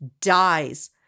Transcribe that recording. dies